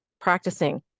practicing